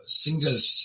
singles